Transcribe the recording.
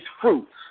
fruits